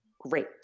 Great